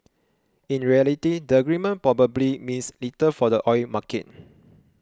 in reality the agreement probably means little for the oil market